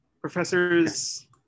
Professors